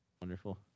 Wonderful